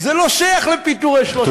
אבל זאת חברה אחרת, זאת חברה בת.